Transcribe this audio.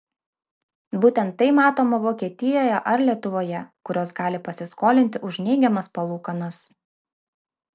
būtent tai matoma vokietijoje ar lietuvoje kurios gali pasiskolinti už neigiamas palūkanas